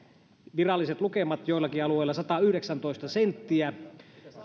viralliset lukemat joillakin alueilla satayhdeksäntoista senttiä